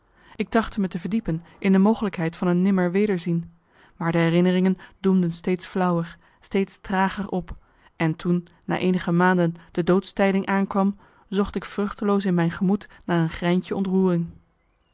ik trachtte me te verdiepen in de mogelijkheid van een nimmerwederzien maar de herinneringen doemden steeds marcellus emants een nagelaten bekentenis flauwer steeds trager op en toen na eenige maanden de doodstijding aankwam zocht ik vruchteloos in mijn gemoed naar een greintje ontroering